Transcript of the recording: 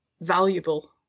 valuable